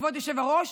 כבוד היושב-ראש,